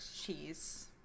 cheese